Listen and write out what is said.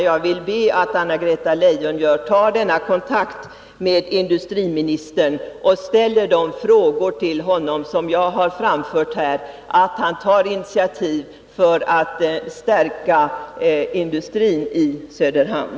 Jag vill be Anna-Greta Leijon att ta kontakt med industriministern, ställa de frågor till honom som jag har framfört här och uppmana honom att ta initiativ för att stärka industrin i Söderhamn.